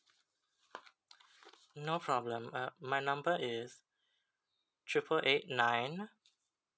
no problem uh my number is triple eight nine